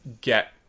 get